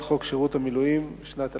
את חוק שירות המילואים לשנת 2008,